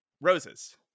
Roses